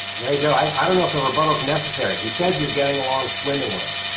mary jo i don't know if a rebuttal is necessary. he said you're getting along swimmingly.